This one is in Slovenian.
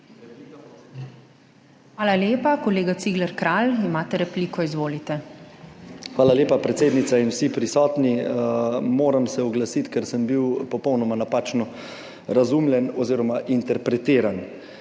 Hvala lepa. Kolega Cigler Kralj, imate repliko, izvolite. **JANEZ CIGLER KRALJ (PS NSi):** Hvala lepa predsednica in vsi prisotni. Moram se oglasiti, ker sem bil popolnoma napačno razumljen oziroma interpretiran.